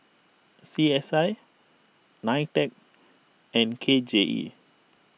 C S I Nitec and K J E